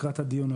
לקראת הדיון,